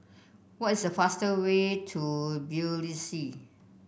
what is the fast way to Tbilisi